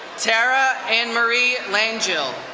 tara ann marie langel.